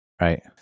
Right